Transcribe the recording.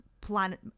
planet